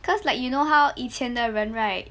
cause like you know how 以前的人 right